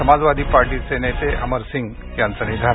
समाजवादी पार्टीचे नेते अमर सिंग यांचं निधन